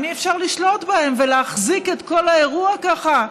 אי-אפשר לשלוט בהם ולהחזיק את כל האירוע ככה,